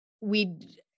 we-